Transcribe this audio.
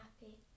happy